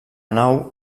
nau